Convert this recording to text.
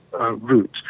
route